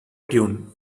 tune